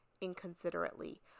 inconsiderately